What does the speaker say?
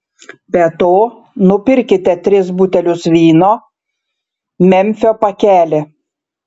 be to nupirkite tris butelius vyno memfio pakelį